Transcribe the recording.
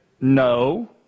no